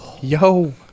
Yo